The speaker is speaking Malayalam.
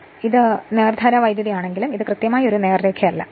കാരണം ഇത് നേർധാരാ വൈദ്യുതി ആണെങ്കിലും അത് കൃത്യമായി ഒരു നേർരേഖയല്ല